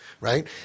right